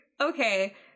Okay